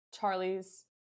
Charlie's